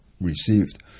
received